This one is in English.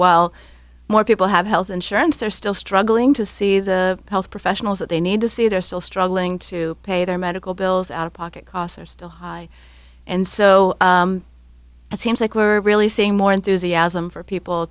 while more people have health insurance they're still struggling to see the health professionals that they need to see they're still struggling to pay their medical bills out of pocket costs are still high and so it seems like we're really say more enthusiasm for people